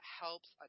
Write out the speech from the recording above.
helps